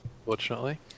unfortunately